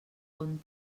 bon